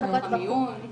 לחכות במיון.